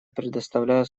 предоставляю